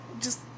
just-